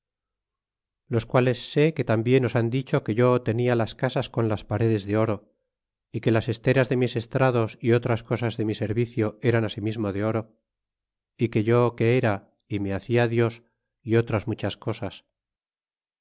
los males sé que tausbien os han dicho que yo tenia las casas con las paredes de oro y que las esteras de mis estrados y otras cosas de mi servicio eran asimismo de oro y que yo que era y me facia dios y otras muchas cosas